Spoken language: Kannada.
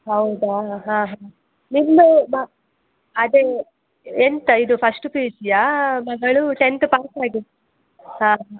ಹೌದಾ ಹಾಂ ಹಾಂ ನಿಮ್ಮದು ಮ ಅದೇ ಎಂಥ ಇದು ಫಸ್ಟ್ ಪಿ ಯು ಸಿಯಾ ಮಗಳು ಟೆಂತ್ ಪಾಸ್ ಆಗಿದ್ದ ಹಾಂ